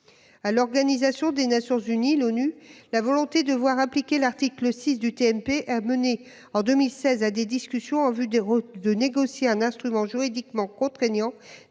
armes dans le monde entier. À l'ONU, la volonté de voir appliquer l'article VI du TNP a mené en 2016 à des discussions en vue de négocier un instrument juridiquement contraignant